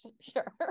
sure